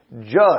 judge